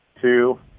two